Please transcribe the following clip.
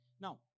Now